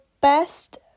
Best